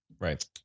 Right